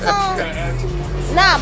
Nah